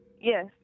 yes